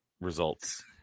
results